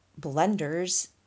blenders